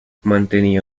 mantenía